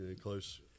close